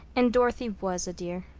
and dorothy was a dear.